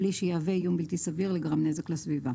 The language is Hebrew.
בלי שיהווה איום בלתי סביר לגרם נזק לסביבה.